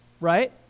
right